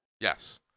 Yes